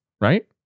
Right